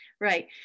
Right